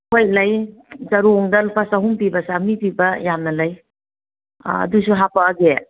ꯍꯣꯏ ꯂꯩ ꯆꯔꯣꯡꯗ ꯂꯨꯄꯥ ꯆꯍꯨꯝ ꯄꯤꯕ ꯆꯃꯔꯤ ꯄꯤꯕ ꯌꯥꯝꯅ ꯂꯩ ꯑꯗꯨꯁꯨ ꯍꯥꯞꯄꯛꯑꯒꯦ